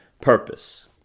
purpose